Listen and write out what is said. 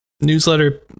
newsletter